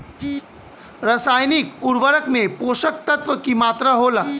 रसायनिक उर्वरक में पोषक तत्व की मात्रा होला?